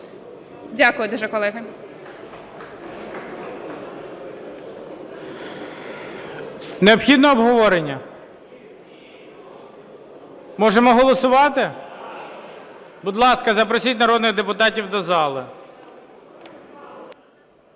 Дякую дуже, колеги.